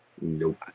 Nope